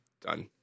Done